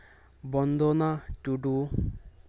ᱵᱚᱱᱫᱚᱱᱟ ᱴᱩᱰᱩ